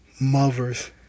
mothers